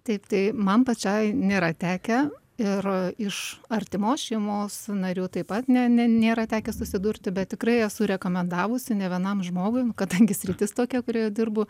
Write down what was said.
taip tai man pačiai nėra tekę ir iš artimos šeimos narių taip pat ne ne nėra tekę susidurti bet tikrai esu rekomendavusi nevienam žmogui nu kadangi sritis tokia kurioje dirbu